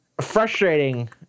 frustrating